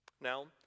Now